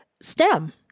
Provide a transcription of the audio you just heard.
STEM